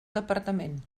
departament